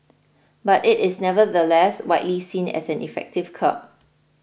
but it is nevertheless widely seen as an effective curb